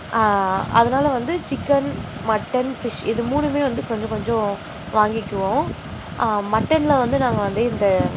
அதனால வந்து chicken mutton fish இது மூணுமே வந்து கொஞ்சம் கொஞ்சம் வாங்கிக்குவோம் மட்டனில் வந்து நாங்கள் வந்து இந்த